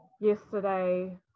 yesterday